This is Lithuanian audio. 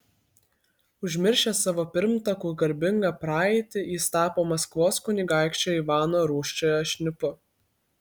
užmiršęs savo pirmtakų garbingą praeitį jis tapo maskvos kunigaikščio ivano rūsčiojo šnipu